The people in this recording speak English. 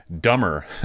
dumber